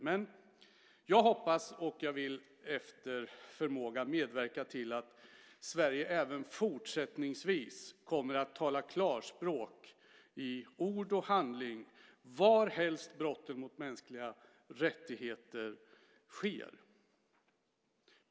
Men jag hoppas och jag vill efter förmåga medverka till att Sverige även fortsättningsvis kommer att tala klarspråk i ord och handling varhelst brotten mot mänskliga rättigheter sker.